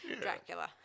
Dracula